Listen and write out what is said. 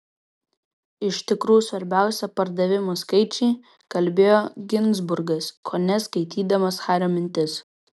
iš tikrųjų svarbiausia pardavimų skaičiai kalbėjo ginzburgas kone skaitydamas hario mintis